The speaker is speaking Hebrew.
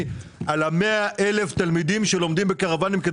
על 100,000 התלמידים שלומדים בקרוואנים?